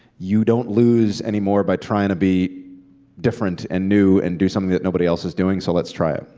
you don't lose any more by trying to be different and new and do something that nobody else is doing, so let's try it.